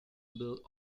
built